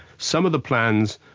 some of the plans,